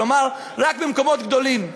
כלומר, רק במקומות גדולים.